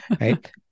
Right